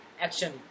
action